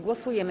Głosujemy.